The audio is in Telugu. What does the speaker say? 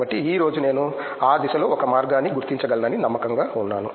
కాబట్టి ఈ రోజు నేను ఆ దిశలో ఒక మార్గాన్ని గుర్తించగలనని నమ్మకంగా ఉన్నాను